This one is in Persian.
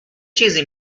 چیزی